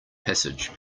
passage